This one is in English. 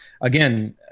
again